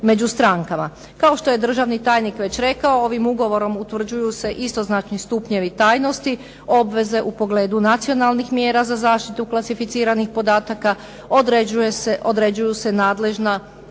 Kao što je državni tajnik već rekao, ovim ugovorom utvrđuju se istoznačni stupnjevi tajnosti, obveze u pogledu nacionalnih mjera za zaštitu klasificiranih podataka, određuju se nadležna